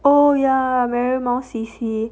oh ya marymount C_C